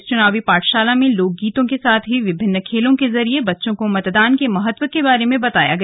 इस चुनावी पाठशाला में लोक गीतों के साथ ही विभिन्न खेलों के जरिए बच्चों को मतदान के महत्व के बारे में बताया गया